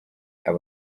aba